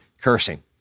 cursing